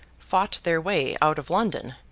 fought their way out of london,